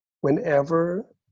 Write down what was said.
whenever